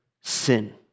sin